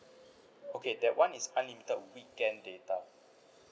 okay that one is unlimited weekend data